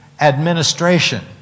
administration